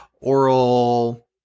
oral